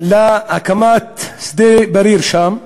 להקמת שדה-בריר שם,